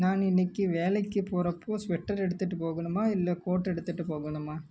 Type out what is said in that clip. நான் இன்னைக்கு வேலைக்கு போகறப்போ ஸ்வெட்டர் எடுத்துகிட்டு போகணுமா இல்லை கோட் எடுத்துகிட்டு போகணுமா